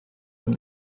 from